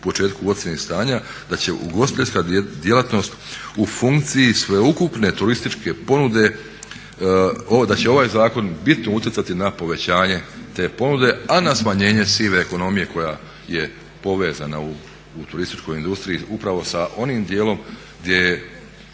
u početku u ocjeni stanja da će ugostiteljska djelatnost u funkciji sveukupne turističke ponude, da će ovaj zakon bitno utjecati na povećanje te ponude a na smanjenje sive ekonomije koja je povezana u turističkoj industriji upravo sa onim djelom gdje je